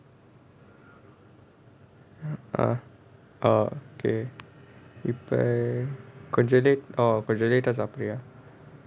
ah okay இப்போ கொஞ்சம்:ippo konjam late ah சாப்டுவியா:saapduviyaa